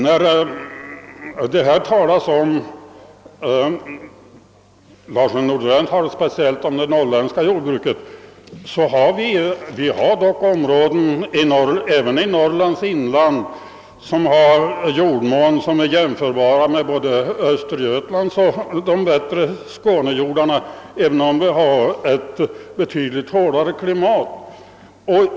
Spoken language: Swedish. När herr Larsson och andra talare speciellt uppehåller sig vid det norrländska jordbruket, vill jag erinra om att vi dock även i Norrlands inland har områden där jordmånen är jämförbar med både Östergötlands jordar och de bättre skånejordarna, även om vi har ett betydligt hårdare klimat.